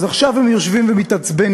אז עכשיו הם יושבים ומתעצבנים